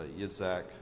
yitzhak